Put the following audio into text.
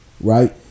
right